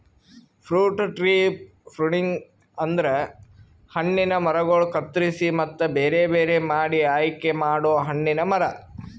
fruit tree pruning ಅಂದುರ್ ಹಣ್ಣಿನ ಮರಗೊಳ್ ಕತ್ತುರಸಿ ಮತ್ತ ಬೇರೆ ಬೇರೆ ಮಾಡಿ ಆಯಿಕೆ ಮಾಡೊ ಹಣ್ಣಿನ ಮರ